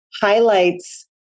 highlights